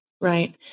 Right